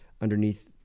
underneath